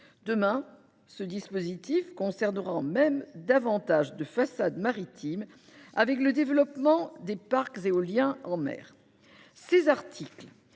Demain, ce dispositif concernera même davantage de façades maritimes, du fait du développement des parcs éoliens en mer. Ces articles